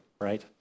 right